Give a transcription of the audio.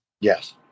yes